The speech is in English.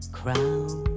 crown